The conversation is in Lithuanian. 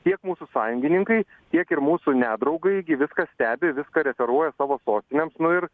tiek mūsų sąjungininkai tiek ir mūsų nedraugai gi viską stebi viską referuoja savo sostinėms nu ir